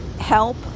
Help